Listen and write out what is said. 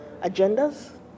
agendas